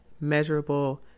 measurable